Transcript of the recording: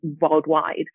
worldwide